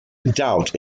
doubt